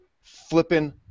flipping